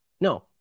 No